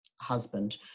husband